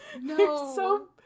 No